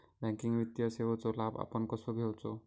Banking वित्तीय सेवाचो लाभ आपण कसो घेयाचो?